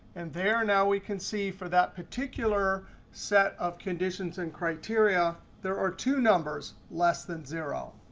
and there now we can see for that particular set of conditions and criteria there are two numbers less than zero.